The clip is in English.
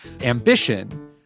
ambition